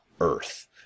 earth